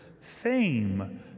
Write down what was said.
Fame